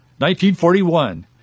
1941